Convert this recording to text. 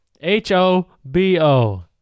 H-O-B-O